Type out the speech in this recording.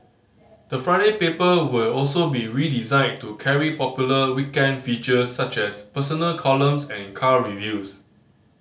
the Friday paper will also be redesigned to carry popular weekend features such as personal columns and car reviews